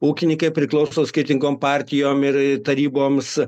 ūkininkai priklauso skirtingom partijom ir ir taryboms